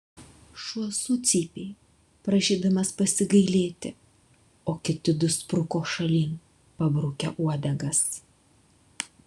šuo sucypė prašydamas pasigailėti o kiti du spruko šalin pabrukę uodegas